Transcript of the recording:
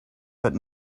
but